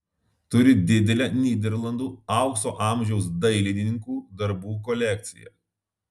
turi didelę nyderlandų aukso amžiaus dailininkų darbų kolekciją